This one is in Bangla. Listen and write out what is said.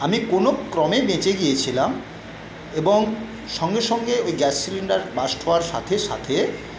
আমি কোনোক্রমে বেঁচে গিয়েছিলাম এবং সঙ্গে সঙ্গে ওই গ্যাস সিলিন্ডার বার্স্ট হওয়ার সাথে সাথে